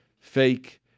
fake